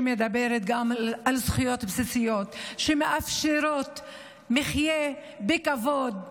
שמדברת גם על זכויות בסיסיות שמאפשרות מחיה בכבוד,